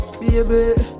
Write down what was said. Baby